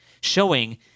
showing